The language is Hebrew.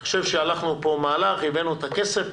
אני חושב שהלכנו פה מהלך, הבאנו את הכסף.